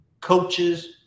coaches